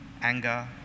anger